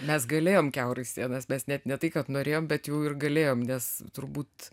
mes galėjom kiaurai sienas mes net ne tai kad norėjome bet jau ir galėjom nes turbūt